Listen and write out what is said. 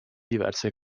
diverse